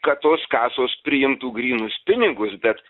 kad tos kasos priimtų grynus pinigus bet